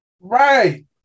Right